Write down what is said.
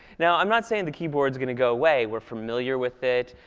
now, i'm not saying the keyboard's going to go away. we're familiar with it,